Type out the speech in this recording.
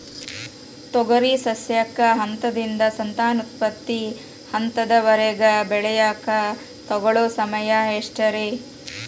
ತೊಗರಿ ಸಸ್ಯಕ ಹಂತದಿಂದ, ಸಂತಾನೋತ್ಪತ್ತಿ ಹಂತದವರೆಗ ಬೆಳೆಯಾಕ ತಗೊಳ್ಳೋ ಸಮಯ ಎಷ್ಟರೇ?